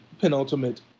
penultimate